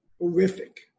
horrific